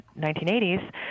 1980s